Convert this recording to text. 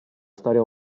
storia